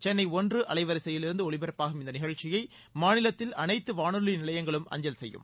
சென்னை ஒன்று அலைவரிசையில் ஒலிபரப்பாகும் இந்த நிகழ்ச்சியை மாநிலத்தில் அனைத்து வானொலி நிலையங்களும் அஞ்சல் செய்யும்